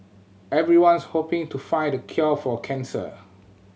everyone's hoping to find the cure for cancer